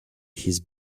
his